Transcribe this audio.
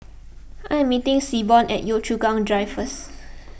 I am meeting Seaborn at Yio Chu Kang Drive first